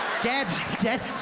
dead, dead!